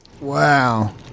wow